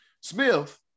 Smith